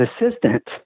assistant